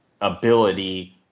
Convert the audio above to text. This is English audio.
ability